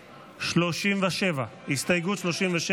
37. 37. הסתייגות 37,